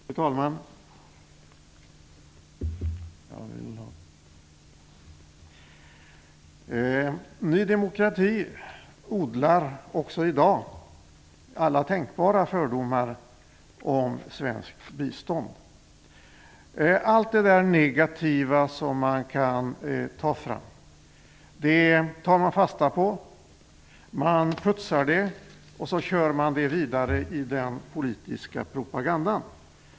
Fru talman! Ny demokrati odlar också i dag alla tänkbara fördomar om svenskt bistånd. Allt det negativa som man kan ta fram tar man fasta på. Man putsar det och kör vidare med det i den politiska propagandan.